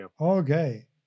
Okay